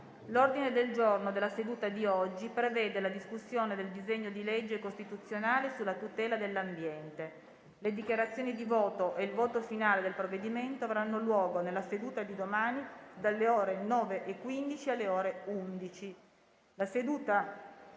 L'ordine del giorno della seduta di oggi prevede la discussione del disegno di legge costituzionale sulla tutela dell'ambiente. Le dichiarazioni di voto e il voto finale del provvedimento avranno luogo nella seduta di domani, dalle ore 9,15 alle ore 11.